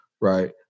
right